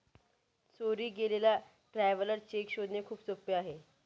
चोरी गेलेला traveller cheque शोधणे खूप सोपे आहे